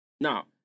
Now